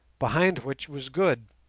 behind which was good.